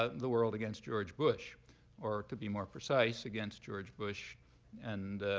ah the world against george bush or, to be more precise, against george bush and